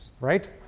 Right